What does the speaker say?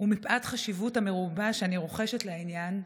ומפאת החשיבות המרובה שאני רוחשת לעניין,